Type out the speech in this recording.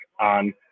on